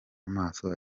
amaso